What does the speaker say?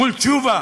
מול תשובה,